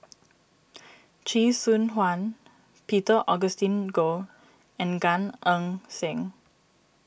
Chee Soon Juan Peter Augustine Goh and Gan Eng Seng